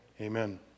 Amen